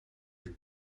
jus